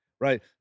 Right